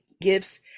gifts